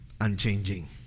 unchanging